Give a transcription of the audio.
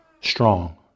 strong